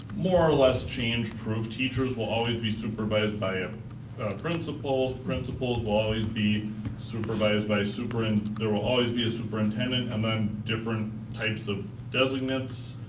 more or less change proof. teachers always be supervised by um principal, principal always be supervised by super and there will always be a superintendent and then different types of designates,